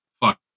fuck